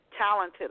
talented